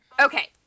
Okay